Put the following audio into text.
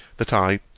that i,